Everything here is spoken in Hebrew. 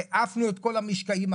העפנו את כל המשקיעים,